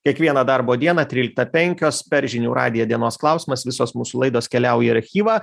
kiekvieną darbo dieną tryliktą penkios per žinių radiją dienos klausimas visos mūsų laidos keliauja į archyvą